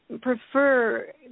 prefer